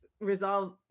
resolve